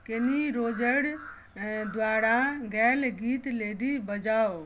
कनी रोजर द्वारा गायल गीत लेडी बजाउ